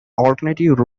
alternative